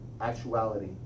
actuality